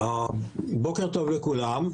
בוקר טוב לכולם.